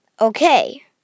okay